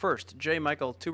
first j michael t